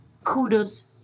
kudos